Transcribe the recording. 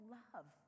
love